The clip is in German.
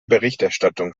berichterstattung